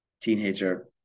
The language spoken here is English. teenager